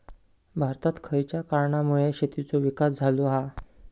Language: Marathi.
भारतात खयच्या कारणांमुळे शेतीचो विकास झालो हा?